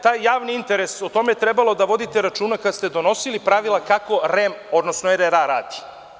Taj javni interes, o tome je trebalo da vodite računa kada ste donosili pravila kako REM, odnosno RRA radi.